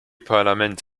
parlament